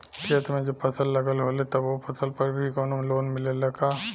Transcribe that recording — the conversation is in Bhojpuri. खेत में जब फसल लगल होले तब ओ फसल पर भी कौनो लोन मिलेला का?